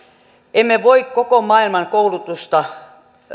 emme voi koko maailman koulutusta